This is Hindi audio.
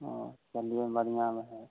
हाँ चलिए बढ़ियाँ में है